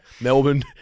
Melbourne